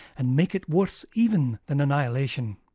and make it worse even than annihilation.